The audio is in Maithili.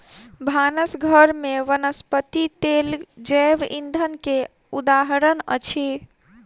भानस घर में वनस्पति तेल जैव ईंधन के उदाहरण अछि